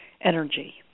energy